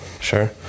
Sure